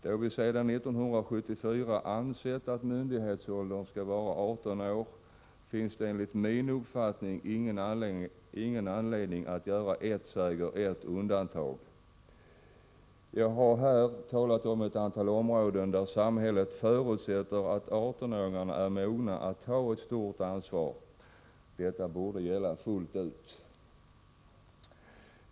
Då vi sedan 1974 ansett att myndighetsåldern skall vara 18 år, finns det enligt min uppfattning ingen anledning att gör ett, säger ett, undantag. Jag har här talat om ett antal områden, där samhället förutsätter att 18-åringar är mogna att ta stort ansvar. Detta borde gälla fullt ut.